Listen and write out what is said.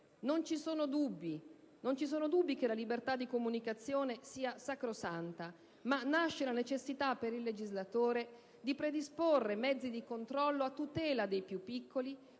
Non ci sono dubbi che la libertà di comunicazione sia sacrosanta, ma nasce la necessità per il legislatore di predisporre mezzi di controllo a tutela dei più piccoli,